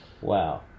wow